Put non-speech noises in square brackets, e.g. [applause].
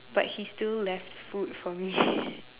but he still left food for me [breath]